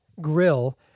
grill